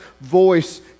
voice